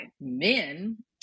men